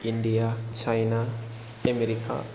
India China America